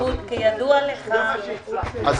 מנהלות המשפחתונים.